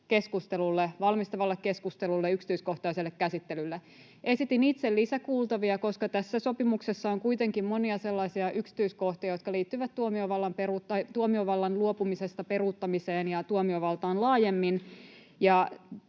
keskustelulle, valmistavalle keskustelulle, yksityiskohtaiselle käsittelylle. Esitin itse lisäkuultavia, koska tässä sopimuksessa on kuitenkin monia sellaisia yksityiskohtia, jotka liittyvät tuomiovallasta luopumisen peruuttamiseen ja tuomiovaltaan laajemmin.